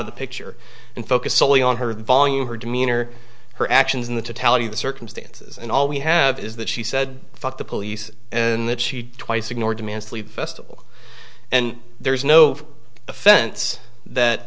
of the picture and focus solely on her volume her demeanor her actions in the to tell you the circumstances and all we have is that she said fuck the police and that she twice ignored demands to leave and there is no offense that